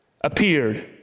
appeared